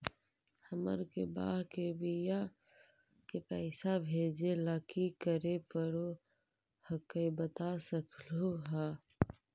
हमार के बह्र के बियाह के पैसा भेजे ला की करे परो हकाई बता सकलुहा?